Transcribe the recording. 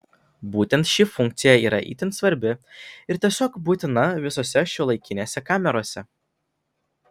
būtent ši funkcija yra itin svarbi ir tiesiog būtina visose šiuolaikinėse kamerose